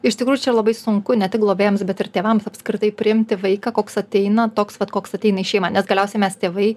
iš tikrųjų čia labai sunku ne tik globėjams bet ir tėvams apskritai priimti vaiką koks ateina toks vat koks ateina į šeimą nes galiausiai mes tėvai